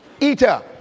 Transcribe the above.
eater